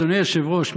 אדוני היושב-ראש,